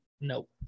Nope